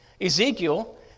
Ezekiel